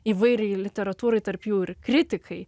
įvairiai literatūrai tarp jų ir kritikai